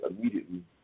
immediately